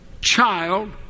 child